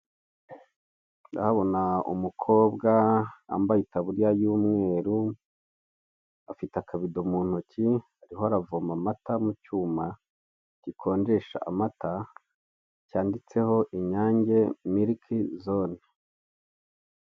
Ndahabona umukobwa wambaye itaburiya y'umweru, afite akabido mu ntoki ariho aravoma amata mu cyuma gikonjesha amata, cyanditseho Inyange milk zone.